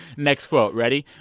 next quote ready?